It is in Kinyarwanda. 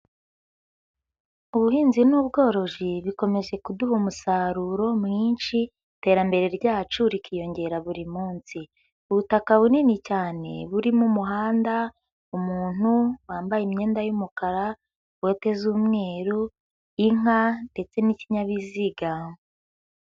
Ubuhinzi n'ubworozi bikomeza kuduha umusaruro mwinshi iterambere ryacu rikiyongera buri munsi. Ubutaka bunini cyane burimo: umuhanda, umuntu wambaye imyenda y'umukara, bote z'umweru, inka ndetse n'ikinyabiziga.